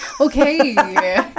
Okay